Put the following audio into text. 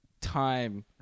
time